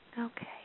Okay